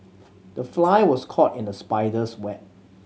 the fly was caught in the spider's web